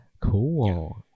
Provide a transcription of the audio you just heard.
cool